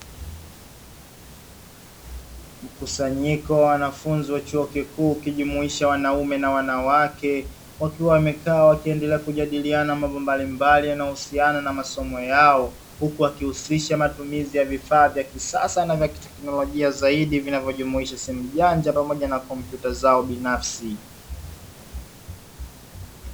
Mkusanyiko wa wanafunzi wa chuo kikuu, ukijumuisha wanaume na wanawake wakiwa wamekaa wakiendelea kujadiliana mambo mbalimbali yanayo husiana na masomo yao, huku wakihusisha matumizi ya vifaa vya kisasa na vya kiteknolojia zaidi vinavyojumuisha simu janja, pamoja na kompyuta zao binafsi.